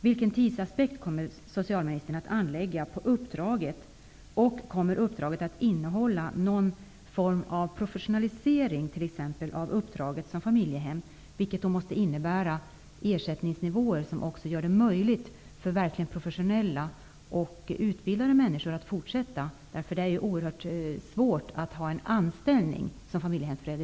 Vilken tidsaspekt kommer socialministern att anlägga på uppdraget? Kommer uppdraget att omfatta någon form av professionalisering av uppdraget som familjehemsföräldrar? Det måste innebära ersättningsnivåer som också gör det möjligt för verkligt professionella och utbildade människor att fortsätta sin verksamhet. Det är oerhört svårt att få anställning som familjehemsförälder.